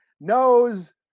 knows